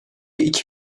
iki